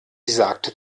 sagte